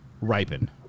Ripen